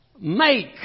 make